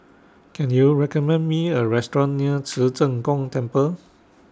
Can YOU recommend Me A Restaurant near Ci Zheng Gong Temple